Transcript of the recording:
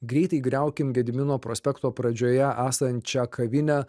greitai griaukim gedimino prospekto pradžioje esančią kavinę